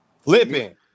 Flipping